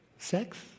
Sex